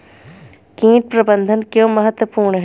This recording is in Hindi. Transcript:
कीट प्रबंधन क्यों महत्वपूर्ण है?